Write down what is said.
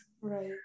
Right